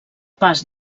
pas